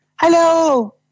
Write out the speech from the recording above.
Hello